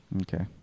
Okay